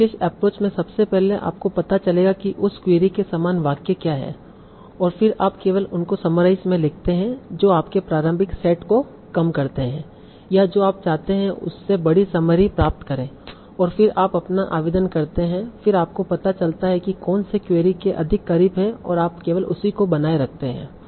एक विशेष एप्रोच में सबसे पहले आपको पता चलेगा कि उस क्वेरी के समान वाक्य क्या हैं और फिर आप केवल उनको सम्मराइज में लिखते हैं जो आपके प्रारंभिक सेट को कम करते हैं या जो आप चाहते है उससे बड़ी समरी प्राप्त करें और फिर आप अपना आवेदन करते है फिर आपको पता चलता है कि कौन से क्वेरी के अधिक करीब हैं तो आप केवल उसी को बनाए रखते हैं